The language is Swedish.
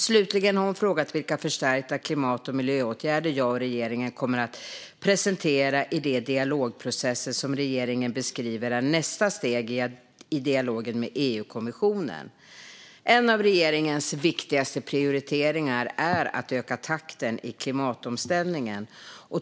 Slutligen har hon frågat vilka förstärkta klimat och miljöåtgärder jag och regeringen kommer att presentera i de dialogprocesser som regeringen beskriver är nästa steg i dialogen med EU-kommissionen. En av regeringens viktigaste prioriteringar är att öka takten i klimatomställningen.